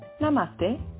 Namaste